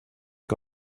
que